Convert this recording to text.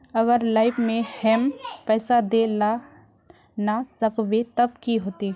अगर लाइफ में हैम पैसा दे ला ना सकबे तब की होते?